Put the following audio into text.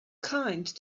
kind